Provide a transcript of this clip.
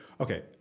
Okay